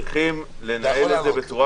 הישיבה ננעלה בשעה